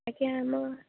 ଆଜ୍ଞା ଆମ